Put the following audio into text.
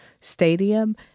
Stadium